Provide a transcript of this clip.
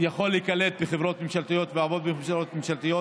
יוכל להיקלט בחברות ממשלתיות ולעבוד בחברות ממשלתיות,